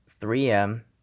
3m